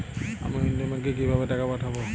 আমি অন্য ব্যাংকে কিভাবে টাকা পাঠাব?